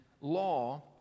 law